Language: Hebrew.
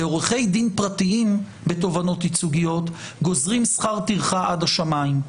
לעורכי דין פרטיים בתובענות ייצוגיות גוזרים שכר טרחה עד השמים.